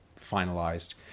finalized